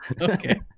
Okay